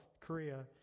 Korea